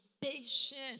patient